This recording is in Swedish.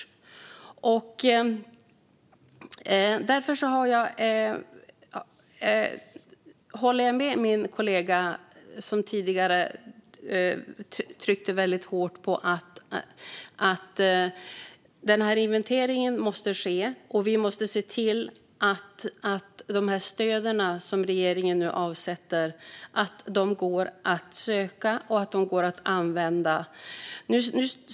Därför håller jag med min kollega, som tidigare tryckte hårt på att den här inventeringen måste ske och att vi måste se till att stöden som regeringen nu avsätter går att söka och använda.